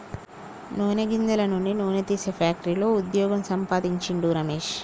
నూనె గింజల నుండి నూనె తీసే ఫ్యాక్టరీలో వుద్యోగం సంపాందించిండు రమేష్